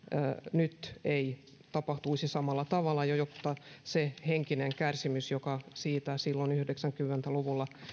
nyt ei tapahtuisi samalla tavalla ja jotta siltä henkiseltä kärsimykseltä joka siitä silloin yhdeksänkymmentä luvulla